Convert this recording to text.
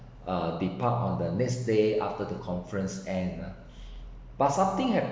uh depart on the next day after the conference end ah but something